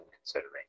considering